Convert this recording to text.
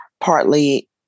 partly